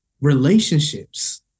Relationships